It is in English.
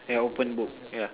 ya open book ya